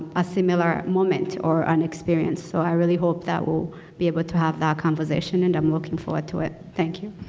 a similar moment or an experience. so i really hope that we'll be able to have that conversation, and i'm looking forward to it. thank you.